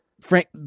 Frank